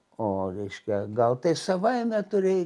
o reiškia gal tai savaime turėja